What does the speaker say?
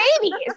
babies